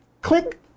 click